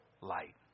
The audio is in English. light